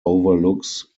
overlooks